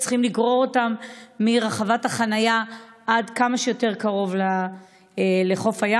שצריכים לגרור אותם מרחבת החנייה עד כמה שיותר קרוב לחוף הים.